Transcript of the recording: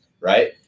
right